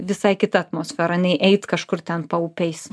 visai kita atmosfera nei eit kažkur ten paupiais